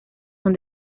son